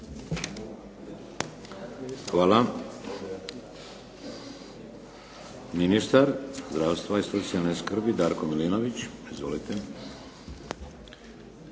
Hvala. Ministar zdravstva i socijalne skrbi Darko Milinović. Izvolite.